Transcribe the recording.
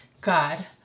God